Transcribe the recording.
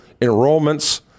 enrollments